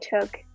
took